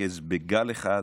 תתרכז בגל אחד,